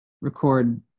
record